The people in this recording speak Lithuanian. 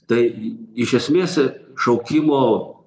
tai iš esmės šaukimo